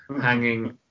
hanging